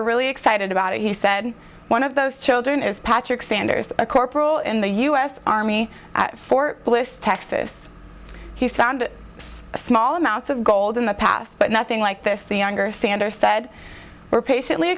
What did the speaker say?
are really excited about it he said one of those children is patrick sanders a corporal in the u s army at fort bliss texas he sounded small amounts of gold in the past but nothing like this the younger sanders said we're patiently